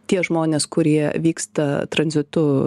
tie žmonės kurie vyksta tranzitu